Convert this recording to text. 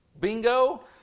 bingo